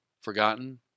forgotten